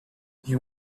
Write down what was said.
you